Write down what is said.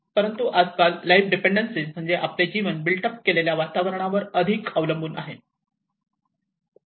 परंतु आज काल आवर लाईफ डीपेंडन्सी म्हणजे आपले जीवन बिल्ट अप केलेल्या वातावरणावर अधिक अवलंबून आहे